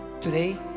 Today